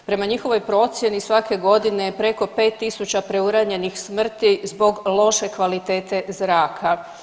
Prema njihovoj procjeni svake godine preko 5.000 preuranjenih smrti zbog loše kvalitete zraka.